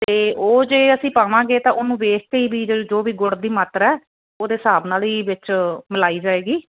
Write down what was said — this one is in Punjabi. ਤੇ ਉਹ ਜੇ ਅਸੀਂ ਪਾਵਾਂਗੇ ਤਾਂ ਉਹਨੂੰ ਵੇਖ ਕੇ ਵੀ ਜੋ ਵੀ ਗੁੜ ਦੀ ਮਾਤਰਾ ਉਹਦੇ ਹਿਸਾਬ ਨਾਲ ਹੀ ਵਿੱਚ ਮਲਾਈ ਜਾਏਗੀ